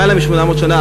למעלה מ-800 שנה,